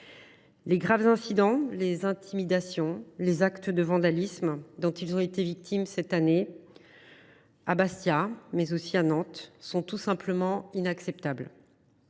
Les graves incidents, les intimidations, les actes de vandalisme dont ils ont été victimes cette année, à Bastia mais aussi à Nantes, sont tout simplement inacceptables.